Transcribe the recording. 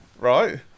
Right